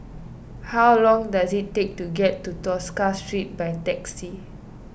how long does it take to get to Tosca Street by taxi